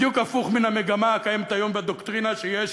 בדיוק הפוך מן המגמה הקיימת היום בדוקטרינה, שיש